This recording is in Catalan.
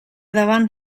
davant